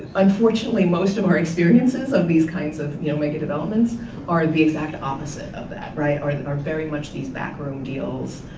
unfortunately, most of our experiences of these kinds of you know megadevelopments are the exact opposite of that. are and are very much these back room deals.